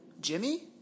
Jimmy